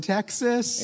Texas